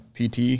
PT